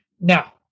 now